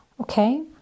okay